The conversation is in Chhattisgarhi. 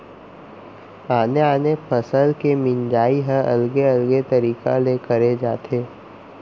आने आने फसल के मिंजई ह अलगे अलगे तरिका ले करे जाथे